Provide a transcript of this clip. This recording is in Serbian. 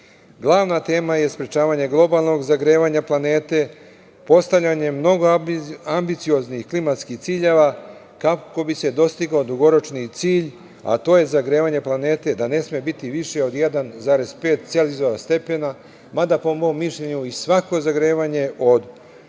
Glavna tema je sprečavanje globalnog zagrevanja planete, postavljanjem mnogo ambicioznih i klimatskih ciljeva kako bi se dostigao dugoročni cilj, a to je zagrevanje planete, da ne sme biti više od 1,5 stepena Celzijusa, mada po mom mišljenju i svako zagrevanje od